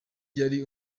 yari